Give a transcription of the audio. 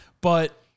But-